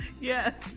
Yes